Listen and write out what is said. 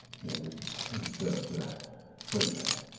this is set up to wait a minute.